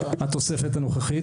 התוספת הנוכחית.